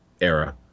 era